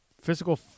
physical